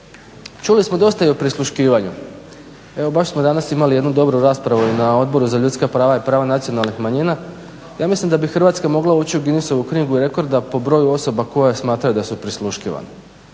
Čuli smo dosta i o prisluškivanju. Evo baš smo danas imali jednu dobru raspravu na Odboru za ljudska prava i prava nacionalnih manjina. Ja mislim da bi Hrvatska mogla ući u Guinnessovu knjigu rekorda po broju osoba koje smatraju da su prisluškivane.